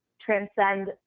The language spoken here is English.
transcend